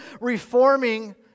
reforming